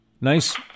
nice